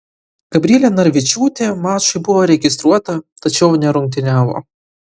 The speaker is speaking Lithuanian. gabrielė narvičiūtė mačui buvo registruota tačiau nerungtyniavo